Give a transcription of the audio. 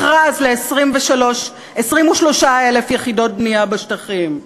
מכרז ל-23,000 יחידות בנייה בשטחים.